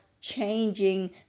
changing